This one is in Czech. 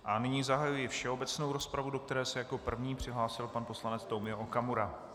A nyní zahajuji všeobecnou rozpravu, do které se jako první přihlásil pan poslanec Tomio Okamura.